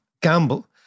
gamble